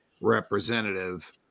representative